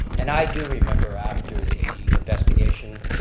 and i do remember after the investigation,